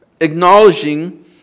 acknowledging